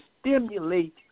stimulate